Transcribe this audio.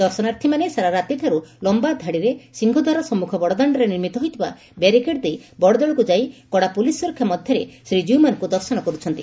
ଦର୍ଶନାର୍ଥୀମାନେ ସାରା ରାତିଠାରୁ ଲମ୍ଘା ଧାଡିରେ ସିଂହଦ୍ୱାର ସମ୍ମୁଖ ବଡଦାଣ୍ଡରେ ନିର୍ମିତ ହୋଇଥିବା ବ୍ୟାରିକେଡ୍ ଦେଇ ବଡଦେଉଳକୁ ଯାଇ କଡା ପୁଲିସ ସୁରକ୍ଷା ମଧ୍ଧରେ ଯାଇ ଶ୍ରୀକୀଉମାନଙ୍କୁ ଦର୍ଶନ କରୁଛନ୍ତି